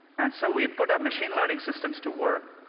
and so, we put our machine learning systems to work.